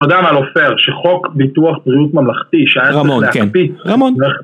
אתה יודע מה לא פייר, שחוק ביטוח בריאות ממלכתי רמון כן שהיה צריך להקפיא, רמון